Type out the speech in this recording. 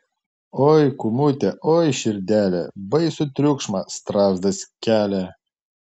oi kūmute oi širdele baisų triukšmą strazdas kelia